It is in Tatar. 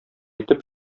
итеп